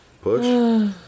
push